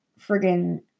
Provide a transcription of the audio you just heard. friggin